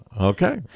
Okay